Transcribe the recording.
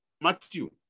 Matthew